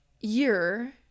year